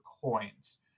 coins